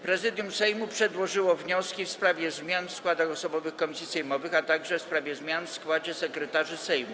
Prezydium Sejmu przedłożyło wnioski: - w sprawie zmian w składach osobowych komisji sejmowych, - w sprawie zmian w składzie sekretarzy Sejmu.